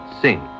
sing